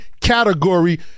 category